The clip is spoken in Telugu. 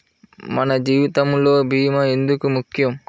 మన జీవితములో భీమా ఎందుకు ముఖ్యం?